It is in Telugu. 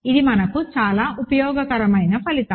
ఇది మనకు చాలా ఉపయోగకరమైన ఫలితం